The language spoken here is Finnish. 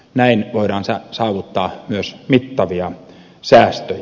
näin voidaan saavuttaa myös mittavia säästöjä